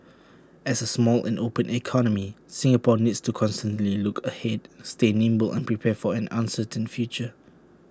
as A small and open economy Singapore needs to constantly look ahead stay nimble and prepare for an uncertain future